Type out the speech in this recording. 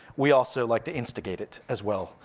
we also like to instigate it as well,